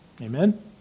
Amen